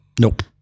Nope